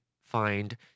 find